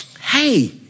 hey